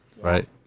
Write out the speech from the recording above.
Right